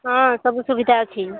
ହଁ ସବୁ ସୁବିଧା ଅଛି